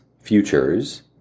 futures